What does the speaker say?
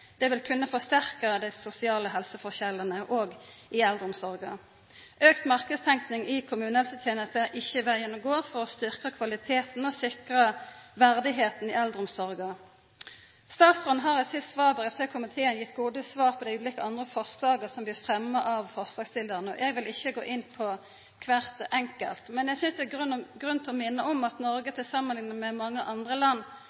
Det vil kunna forsterka dei sosiale helseforskjellane i eldreomsorga. Auka marknadstenking i kommunehelsetenesta er ikkje vegen å gå for å styrkja kvaliteten og sikra verdigheita i eldreomsorga. Statsråden har i sitt svarbrev til komiteen gitt gode svar på dei ulike andre forslaga som blir fremma av forslagsstillarane. Eg vil ikkje gå inn på kvart enkelt, men eg synest det er grunn til å minna om at Noreg samanlikna med mange andre land